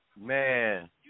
Man